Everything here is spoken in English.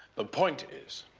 the point is,